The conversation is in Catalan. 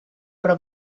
però